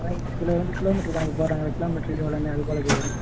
அதுதான் சிலர் வந்து கிலோமீட்ரு கணக்கு போடுறாங்க கிலோமீட்ருக்கு இவ்வளோன்னு அதுப்போல கேட்குறேன்